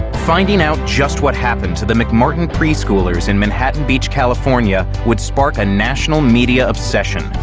finding out just what happened to the mcmartin preschoolers in manhattan beach, california would spark a national media obsession.